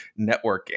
networking